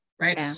Right